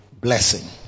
blessing